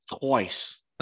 twice